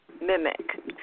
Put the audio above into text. mimic